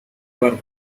were